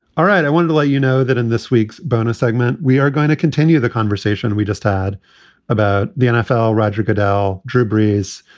all right. i want to let you know that in this week's bonus segment, we are going to continue the conversation we just had about the nfl. roger goodell, drew brees.